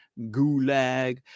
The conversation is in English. gulag